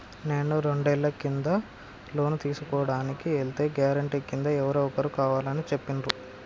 నేను రెండేళ్ల కిందట లోను తీసుకోడానికి ఎల్తే గారెంటీ కింద ఎవరో ఒకరు కావాలని చెప్పిండ్రు